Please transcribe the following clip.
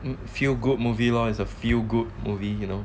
feel good movie lor is a few good movie you know